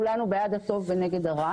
כולנו בעד הטוב ונגד הרע